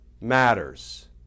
matters